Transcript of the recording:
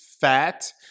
fat